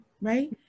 right